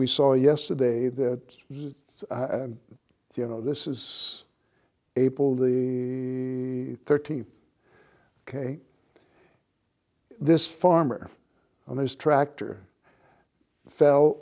we saw yesterday that you know this is april the thirteenth ok this farmer on his tractor fell